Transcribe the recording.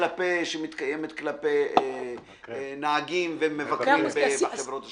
שמתקיימת כלפי נהגים ומבקרים בחברות השונות.